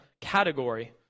category